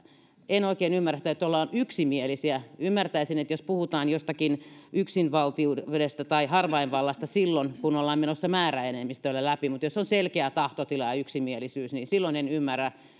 en oikein ymmärrä tätä kun ollaan yksimielisiä ymmärtäisin että jos puhutaan jostakin yksinvaltiudesta tai harvainvallasta silloin kun ollaan menossa määräenemmistöillä läpi mutta jos on selkeä tahtotila ja yksimielisyys niin silloin en ymmärrä